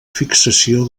fixació